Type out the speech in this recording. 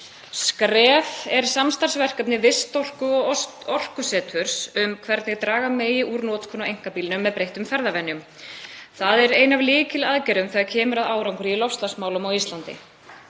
SKREF er samstarfsverkefni Vistorku og Orkuseturs um hvernig draga megi úr notkun á einkabílnum með breyttum ferðavenjum. Það er ein af lykilaðgerðum þegar kemur að árangri í loftslagsmálum á Íslandi.